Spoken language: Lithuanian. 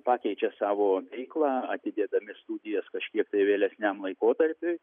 pakeičiau savo veiklą atidėdami studijas kažkiek tai vėlesniam laikotarpiui